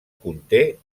conté